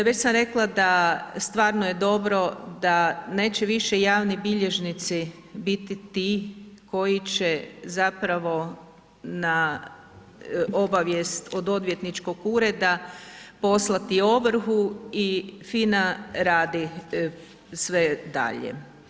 Već sam rekla da stvarno je dobro da neće više javni bilježnici biti ti koji će na obavijest od odvjetničkog ureda poslati ovrhu i FINA radi sve dalje.